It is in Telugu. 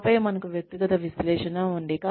ఆపై మనకు వ్యక్తిగత విశ్లేషణ ఉంది